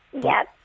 yes